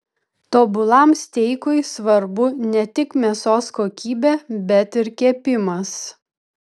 tobulam steikui svarbu ne tik mėsos kokybė bet ir kepimas